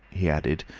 he added,